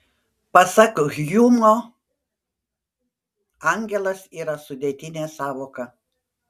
pasak hjumo angelas yra sudėtinė sąvoka